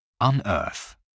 Unearth